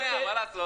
לוועדה.